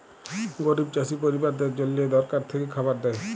গরিব চাষী পরিবারদ্যাদের জল্যে সরকার থেক্যে খাবার দ্যায়